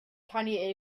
tiny